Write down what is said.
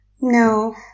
No